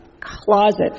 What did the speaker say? closet